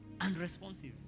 Unresponsive